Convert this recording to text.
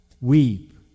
weep